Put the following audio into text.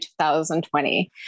2020